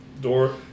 door